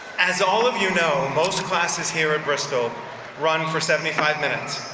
as all of you know, most classes here at bristol run for seventy five minutes.